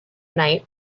night